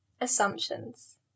assumptions